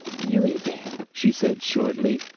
yo' eat that! she said shortly.